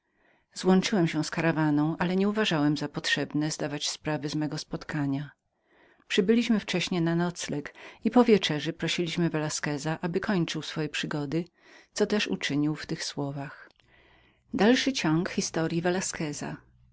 złączyłem się z karawaną ale nie sądziłem potrzebnem zdawać sprawę z mego spotkania przybyliśmy wcześnie na nocleg i po wieczerzy prosiliśmy velasqueza aby kończył swoje przygody co też uczynił w tych słowach